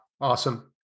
Awesome